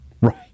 Right